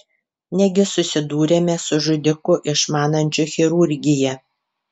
negi susidūrėme su žudiku išmanančiu chirurgiją